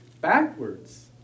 backwards